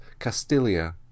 castilia